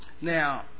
Now